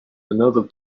another